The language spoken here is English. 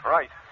Right